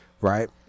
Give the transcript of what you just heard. right